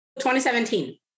2017